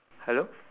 hello